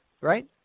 right